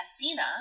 Athena